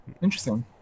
Interesting